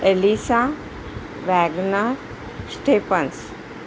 Elisa Wagner Stephens